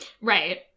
Right